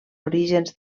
orígens